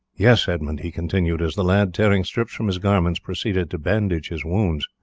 yes, edmund, he continued, as the lad, tearing strips from his garments, proceeded to bandage his wounds,